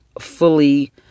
fully